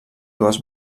dues